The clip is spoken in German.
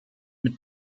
mit